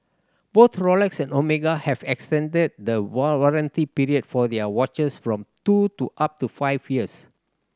both Rolex and Omega have extended the warranty period for their watches from two to up to five years